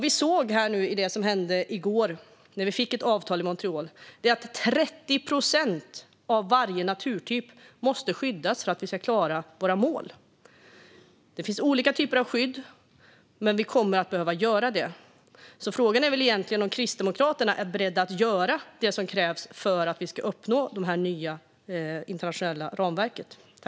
I går slöts ett avtal i Montreal om att 30 procent av varje naturtyp måste skyddas om vi ska klara målen. Det finns olika typer av skydd, men vi kommer att behöva göra detta. Är Kristdemokraterna beredda att göra det som krävs för att vi ska uppnå det nya internationella ramverket?